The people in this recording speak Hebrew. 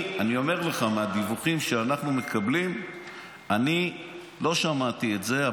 מהדיווחים שאנחנו מקבלים אנחנו לא שומעים את זה.